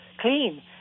clean